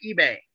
eBay